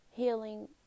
Healing